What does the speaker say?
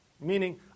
Meaning